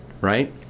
right